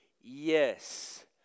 Yes